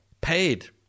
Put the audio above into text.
paid